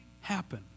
happen